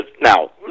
now